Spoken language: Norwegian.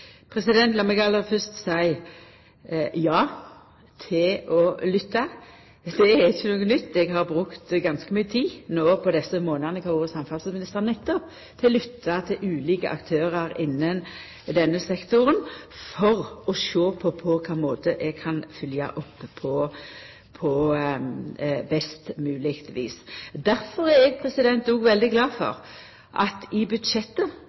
er ikkje noko nytt. Eg har brukt ganske mykje tid no desse månadene eg har vore samferdselsminister, nettopp på å lytta til ulike aktørar innan denne sektoren for å sjå på på kva måte eg kan følgja opp på best mogleg vis. Difor er eg òg veldig glad for at det i budsjettet